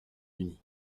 unis